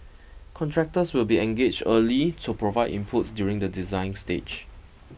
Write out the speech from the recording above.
contractors will be engaged early to provide inputs during the design stage